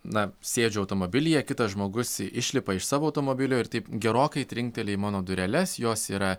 na sėdžiu automobilyje kitas žmogus išlipa iš savo automobilio ir taip gerokai trinkteli į mano dureles jos yra